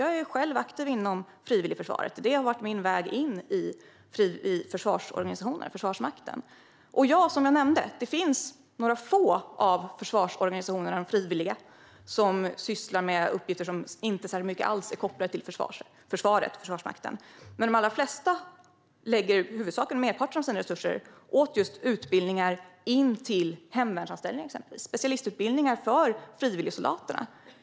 Jag är själv aktiv inom frivilligförsvaret. Det har varit min väg in i försvarsorganisationen och Försvarsmakten. Som jag nämnde finns det några få av de frivilliga försvarsorganisationerna som sysslar med uppgifter som inte är särskilt kopplade till Försvarsmakten. De allra flesta lägger dock merparten av sina resurser på just utbildningar in till exempelvis hemvärnsanställningar, det vill säga specialistutbildningar för frivilligsoldaterna.